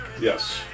Yes